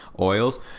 Oils